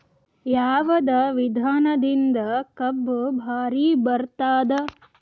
ಯಾವದ ವಿಧಾನದಿಂದ ಕಬ್ಬು ಭಾರಿ ಬರತ್ತಾದ?